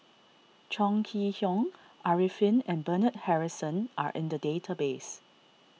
Chong Kee Hiong Arifin and Bernard Harrison are in the database